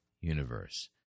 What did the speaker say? universe